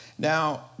Now